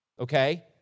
okay